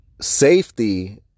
safety